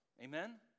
Amen